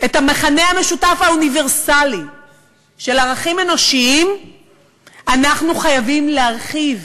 את המכנה המשותף האוניברסלי של ערכים אנושיים אנחנו חייבים להרחיב.